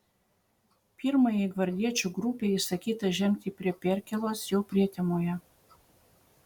pirmajai gvardiečių grupei įsakyta žengti prie perkėlos jau prietemoje